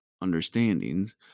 understandings